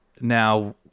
now